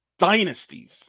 Dynasties